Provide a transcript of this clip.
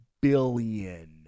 billion